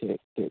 ശരി ശരി